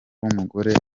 w’umugore